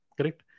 correct